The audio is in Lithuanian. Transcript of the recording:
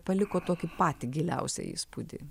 paliko tokį patį giliausią įspūdį